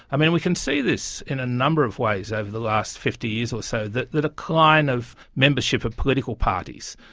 um we can see this in a number of ways over the last fifty years or so, the the decline of membership of political parties,